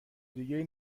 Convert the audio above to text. دیگه